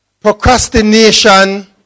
Procrastination